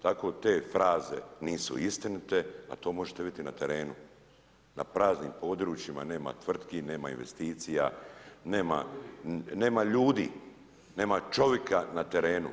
Tako te fraze nisu istinite, a to možete vidjeti na terenu, na praznim područjima nema tvrtki, nema investicija, nema ljudi, nema čovjeka na terenu.